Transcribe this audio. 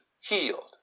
healed